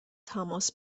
تماس